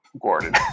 Gordon